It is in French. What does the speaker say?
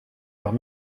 leurs